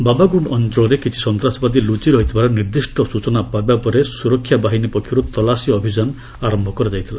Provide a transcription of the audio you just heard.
ବାବାଗୁଣ୍ଡ୍ ଅଞ୍ଚଳରେ କିଛି ସନ୍ତାସବାଦୀ ଲୁଚି ରହିଥିବାର ନିର୍ଦ୍ଦିଷ୍ଟ ସୂଚନା ପାଇବା ପରେ ସୁରକ୍ଷା ବାହିନୀ ପକ୍ଷରୁ ତଲାସି ଅଭିଯାନ ଆରମ୍ଭ କରାଯାଇଥିଲା